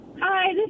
Hi